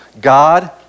God